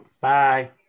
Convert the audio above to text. Bye